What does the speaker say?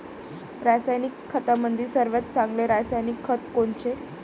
रासायनिक खतामंदी सर्वात चांगले रासायनिक खत कोनचे?